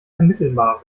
vermittelbar